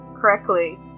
correctly